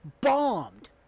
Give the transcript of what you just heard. bombed